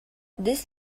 this